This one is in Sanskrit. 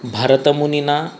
भरतमुनिना